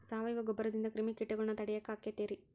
ಸಾವಯವ ಗೊಬ್ಬರದಿಂದ ಕ್ರಿಮಿಕೇಟಗೊಳ್ನ ತಡಿಯಾಕ ಆಕ್ಕೆತಿ ರೇ?